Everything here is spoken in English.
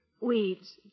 weeds